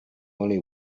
only